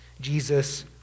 Jesus